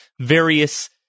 various